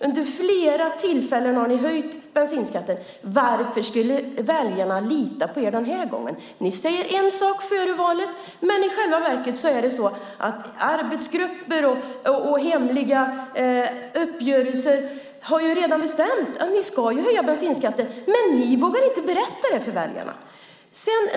Under flera tillfällen har ni höjt bensinskatten. Varför skulle väljarna lita på er den här gången? Ni säger en sak före valet, men i själva verket är det så att arbetsgrupper i hemliga uppgörelser redan har bestämt att ni ska höja bensinskatten. Men ni vågar inte berätta det för väljarna.